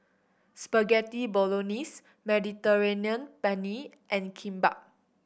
Spaghetti Bolognese Mediterranean Penne and Kimbap